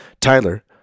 Tyler